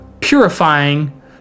purifying